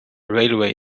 railway